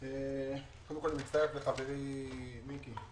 קודם כל, אני מצטרף לחברי מיקי.